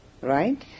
right